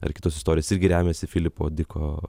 ar kitos istorijos irgi remiasi filipo diko